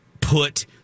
put